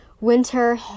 Winter